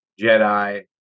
Jedi